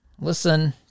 Listen